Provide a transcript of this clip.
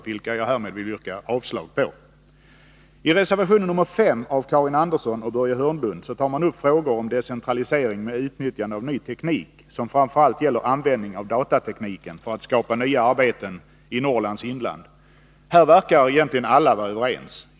Jag yrkar bifall till utskottets hemställan 64 under de berörda momenten, vilket innefbär avslag på dessa reservationer. I I reservation 5, av Karin Andersson och Börje Hörnlund, tar man upp frågor om decentralisering med utnyttjande av ny teknik som framför allt gäller användning av datatekniken för att skapa nya arbeten i Norrlands inland. Här verkar egentligen alla vara överens.